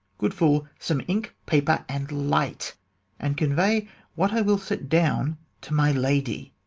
good fool, some ink, paper, and light and convey what i will set down to my lady.